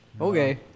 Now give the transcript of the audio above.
Okay